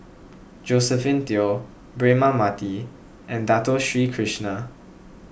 Josephine Teo Braema Mathi and Dato Sri Krishna